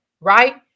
right